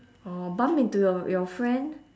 orh bump into your your friend